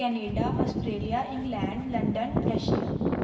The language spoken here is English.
Canada Australia England London Russia